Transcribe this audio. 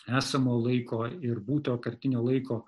esamo laiko ir būtojo kartinio laiko